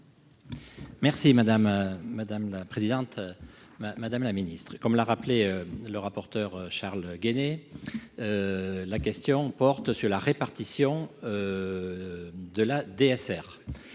madame la présidente, madame madame la Ministre, comme l'a rappelé le rapporteur Charles Guené la question porte sur la répartition de la DSR